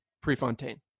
Prefontaine